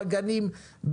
בגנים,